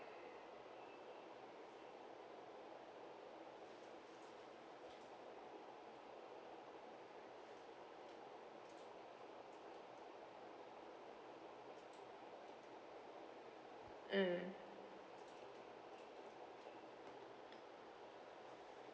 mm